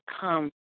come